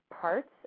parts